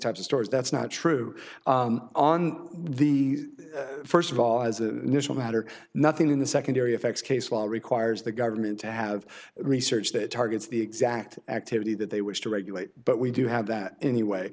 types of stories that's not true on the first of all as a national matter nothing in the secondary effects case while requires the government to have research that targets the exact activity that they wish to regulate but we do have that anyway